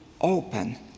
open